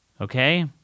okay